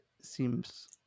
seems